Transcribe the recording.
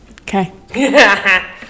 okay